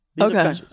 Okay